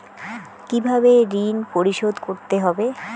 কিভাবে ঋণ পরিশোধ করতে হবে?